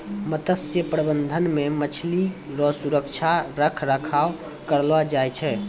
मत्स्य प्रबंधन मे मछली रो सुरक्षित रख रखाव करलो जाय छै